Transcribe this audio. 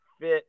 fit